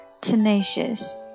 tenacious